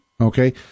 Okay